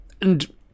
And